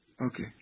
Okay